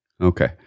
Okay